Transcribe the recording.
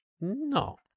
No